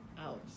out